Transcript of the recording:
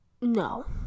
No